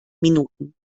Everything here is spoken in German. minuten